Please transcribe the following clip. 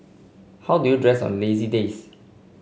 how do you dress on lazy days